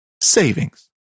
savings